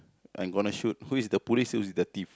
are gonna shoot who is the police who is the thief